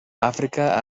àfrica